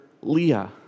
Leah